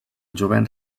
jovent